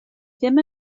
ddim